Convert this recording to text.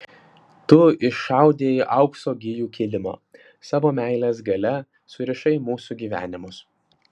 tu išaudei aukso gijų kilimą savo meilės galia surišai mūsų gyvenimus